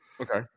Okay